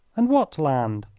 and what land?